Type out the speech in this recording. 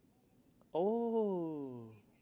oh